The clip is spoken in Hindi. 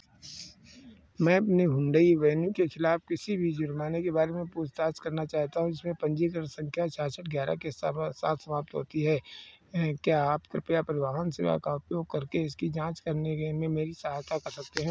मैं अपने हुंडई वेन्यू के ख़िलाफ़ किसी भी जुर्माने के बारे में पूछताछ करना चाहता हूँ जिसमें पंजीकरण संख्या छियासठ ग्यारह के साथ समाप्त होती है क्या आप कृपया परिवहन सेवा का उपयोग करके इसकी जाँच करने में मेरी सहायता कर सकते हैं